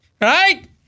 Right